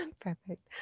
Perfect